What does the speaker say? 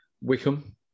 Wickham